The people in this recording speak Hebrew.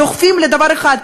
דוחפים לדבר אחד,